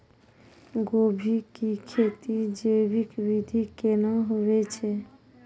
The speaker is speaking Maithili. गोभी की खेती जैविक विधि केना हुए छ?